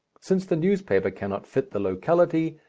since the newspaper cannot fit the locality,